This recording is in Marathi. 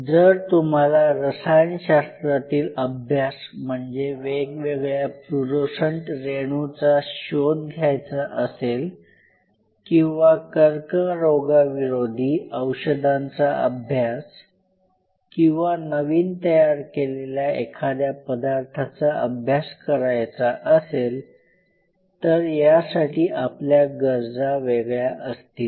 जर तुम्हाला रसायनशास्त्रातील अभ्यास म्हणजे वेगवेगळ्या फ्लूरोसंट रेणूंचा शोध घ्यायचा असेल किंवा कर्करोगाविरोधी औषधांचा अभ्यास किंवा नवीन तयार केलेल्या एखाद्या पदार्थाचा अभ्यास करायचा असेल तर यासाठी आपल्या गरजा वेगळ्या असतील